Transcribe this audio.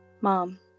Mom